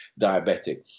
diabetic